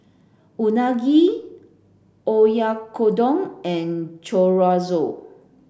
Unagi Oyakodon and Chorizo